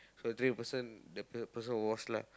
so tray person the person will wash like